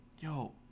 Yo